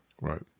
Right